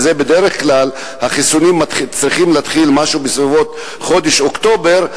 בדרך כלל החיסונים צריכים להתחיל בסביבות חודש אוקטובר,